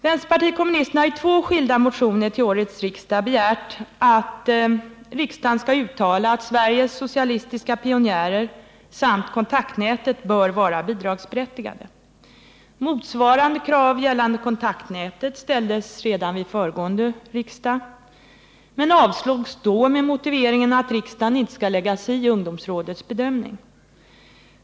Vänsterpartiet kommunisterna har i två skilda motioner till årets riksmöte begärt att riksdagen skall uttala att Sveriges socialistiska pionjärer samt Kontaktnätet bör vara bidragsberättigade. Motsvarande krav gällande Kontaktnätet ställdes redan vid föregående års riksmöte men avslogs då med motiveringen att riksdagen inte skall lägga sig i ungdomsrådets bedömning.